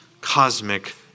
cosmic